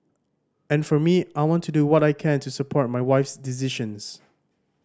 and for me I want to do what I can to support my wife's decisions